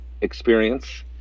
experience